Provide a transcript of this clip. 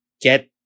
get